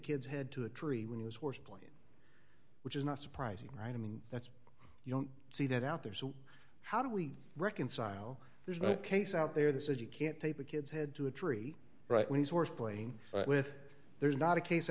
kid's head to a tree when it was worth playing which is not surprising right i mean that's you don't see that out there so how do we reconcile there's not a case out there that says you can't paper kid's head to a tree right when he's worth playing with there's not a case